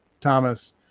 thomas